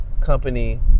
Company